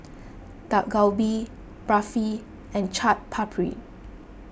Dak Galbi Barfi and Chaat Papri